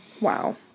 Wow